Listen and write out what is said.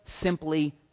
simply